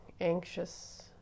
anxious